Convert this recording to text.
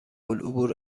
العبور